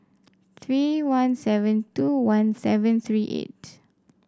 three one seven two one seven three eight